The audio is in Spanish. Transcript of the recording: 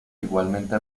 igualmente